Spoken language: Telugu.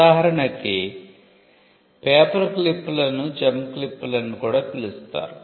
ఉదాహరణకి పేపర్క్లిప్లను జెమ్ క్లిప్లు అని కూడా పిలుస్తారు